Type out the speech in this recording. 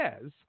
says